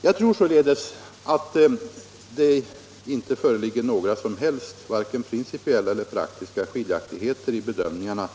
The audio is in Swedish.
Jag tror således att det inte föreligger några som helst vare sig principiella eller praktiska skiljaktigheter i bedömningarna